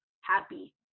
happy